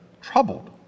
troubled